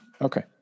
Okay